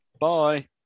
Bye